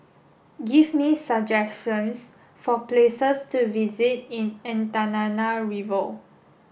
give me some suggestions for places to visit in Antananarivo